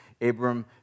Abram